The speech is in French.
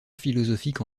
philosophique